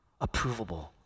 approvable